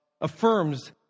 affirms